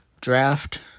draft